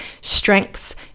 strengths